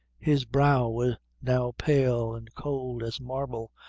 his brow was now pale and cold as marble,